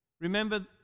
Remember